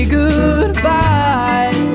goodbye